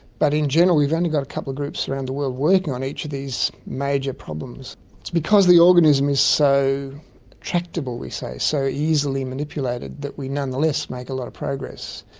but in general we've only got a couple of groups around the world working on each of these major problems. it's because the organism is so tractable, we say, so easily manipulated that we nonetheless make a lot of progress.